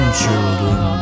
children